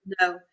no